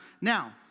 Now